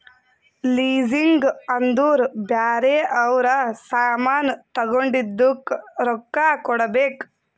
leasing ಅಂದುರ್ ಬ್ಯಾರೆ ಅವ್ರ ಸಾಮಾನ್ ತಗೊಂಡಿದ್ದುಕ್ ರೊಕ್ಕಾ ಕೊಡ್ಬೇಕ್